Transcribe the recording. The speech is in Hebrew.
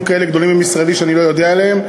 גדולים כאלה במשרדי שאני לא יודע עליהם.